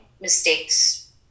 mistakes